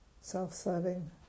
self-serving